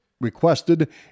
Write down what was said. requested